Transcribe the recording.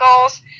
goals